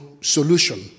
solution